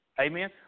Amen